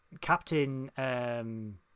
Captain